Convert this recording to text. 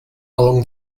along